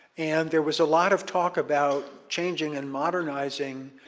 and there was a lot of talk about changing and modernizing